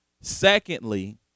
Secondly